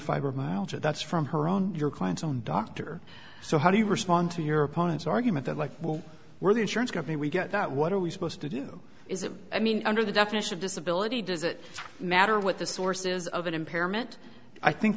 fibro that's from her own your client's own doctor so how do you respond to your opponents argument that like we're the insurance company we get that what are we supposed to do is it i mean under the definition of disability does it matter what the source is of an impairment i think